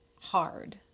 hard